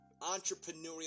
Entrepreneurial